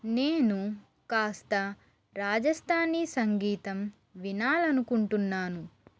నేను కాస్త రాజస్థానీ సంగీతం వినాలనుకుంటున్నాను